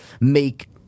make